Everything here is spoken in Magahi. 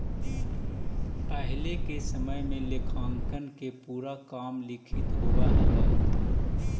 पहिले के समय में लेखांकन के पूरा काम लिखित होवऽ हलइ